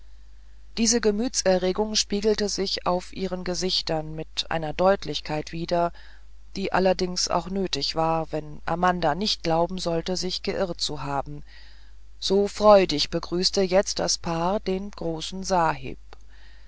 diese gemütserregungen spiegelten sich auf ihren gesichtern mit einer deutlichkeit wider die allerdings auch nötig war wenn amanda nicht glauben sollte sich geirrt zu haben so freudig begrüßte jetzt das paar den großen sahib